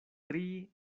tri